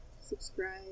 subscribe